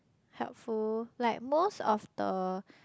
helpful like most of the